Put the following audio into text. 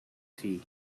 three